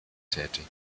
tätig